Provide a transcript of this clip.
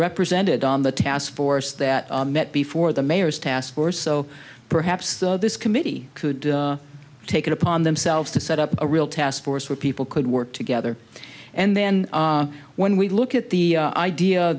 represented on the task force that met before the mayor's task force so perhaps this committee could take it upon themselves to set up a real task force where people could work together and then when we look at the idea